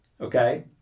Okay